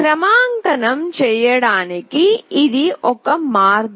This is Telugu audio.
క్రమాంకనం చేయడానికి ఇది ఒక మార్గం